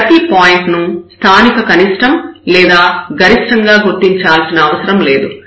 కాబట్టి ప్రతి పాయింట్ ను స్థానిక కనిష్టం లేదా గరిష్టంగా గుర్తించాల్సిన అవసరం లేదు